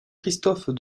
christophe